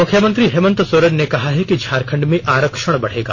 मुख्यमंत्री हेमंत सोरेन ने कहा है कि झारखंड में आरक्षण बढ़ेगा